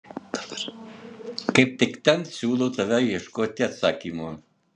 kaip tik ten siūlau tau ieškoti atsakymo